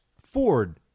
Ford